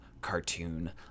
cartoon